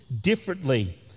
differently